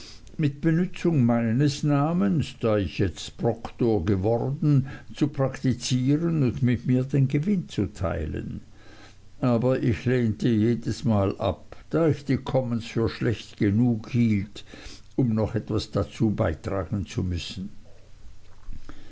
mit benützung meines namens da ich jetzt proktor geworden zu praktizieren und mit mir den gewinn zu teilen aber ich lehnte jedes mal ab da ich die commons für schlecht genug hielt um noch etwas dazu beitragen zu müssen